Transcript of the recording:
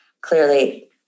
clearly